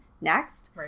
next